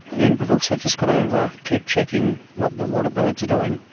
and we've also just got to keep checking what the waterbirds are doing,